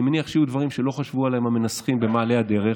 אני מניח שיהיו דברים שהמנסחים לא חשבו עליהם במעלה הדרך.